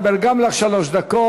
חברת הכנסת סופה לנדבר, גם לך שלוש דקות.